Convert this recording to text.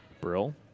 Brill